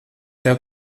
tev